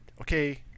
okay